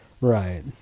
right